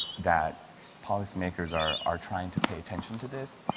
that policymakers are are trying to pay attention to this,